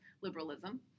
liberalism